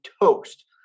toast